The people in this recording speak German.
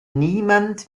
niemand